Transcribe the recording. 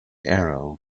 arrow